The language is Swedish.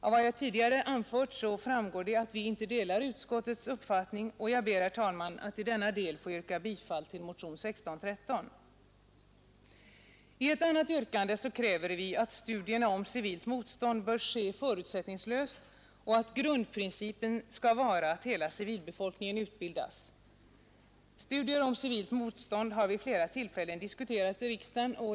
Av vad jag tidigare anfört framgår att vi inte delar utskottets uppfattning, och jag ber därför, herr talman, att i denna del få yrka bifall till motionen 1613. I ett annat yrkande kräver vi att studierna om civilt motstånd bör ske förutsättningslöst och att grundprincipen skall vara att hela civilbefolkningen utbildas. Studier om civilt motstånd har vid flera tillfällen diskuterats i riksdagen.